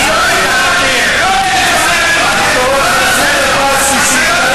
אני קורא אותך לסדר פעם שלישית.